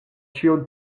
ĉio